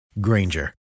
Granger